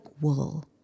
wool